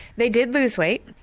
they did lose weight.